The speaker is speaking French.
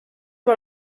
par